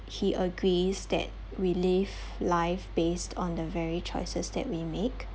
he agrees that we live life based on the very choices that we make